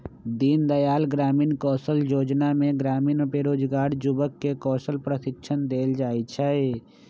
दीनदयाल ग्रामीण कौशल जोजना में ग्रामीण बेरोजगार जुबक के कौशल प्रशिक्षण देल जाइ छइ